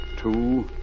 two